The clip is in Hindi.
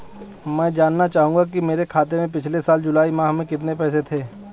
मैं जानना चाहूंगा कि मेरे खाते में पिछले साल जुलाई माह में कितने पैसे थे?